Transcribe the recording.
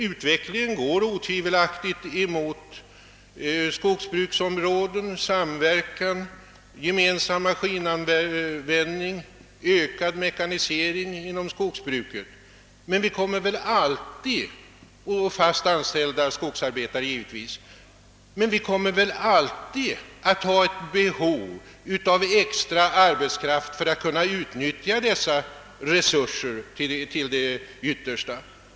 Utvecklingen går inom det privata skogsbruket otvivelaktigt mot skogsbruksområden, samverkan, gemensam maskinanvändning, ökad mekanisering och fast anställda skogsarbetare. Men vi kommer väl alltid att ha behov av extra arbetskraft för att kunna utnyttja dessa resurser till det yttersta.